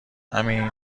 امین